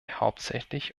hauptsächlich